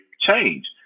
change